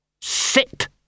Sit